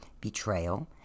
betrayal